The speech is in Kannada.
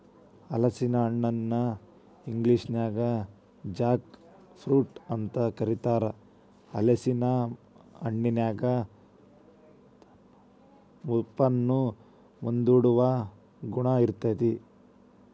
ಹಲಸಿನ ಹಣ್ಣನ ಇಂಗ್ಲೇಷನ್ಯಾಗ ಜಾಕ್ ಫ್ರೂಟ್ ಅಂತ ಕರೇತಾರ, ಹಲೇಸಿನ ಹಣ್ಣಿನ್ಯಾಗ ಮುಪ್ಪನ್ನ ಮುಂದೂಡುವ ಗುಣ ಇರ್ತೇತಿ